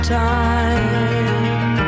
time